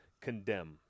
condemn